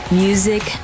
music